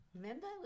Remember